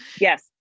Yes